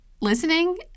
listening